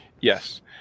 Yes